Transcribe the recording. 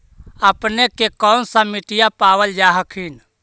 अपने के कौन सा मिट्टीया पाबल जा हखिन?